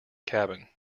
cabin